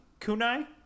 kunai